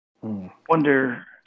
wonder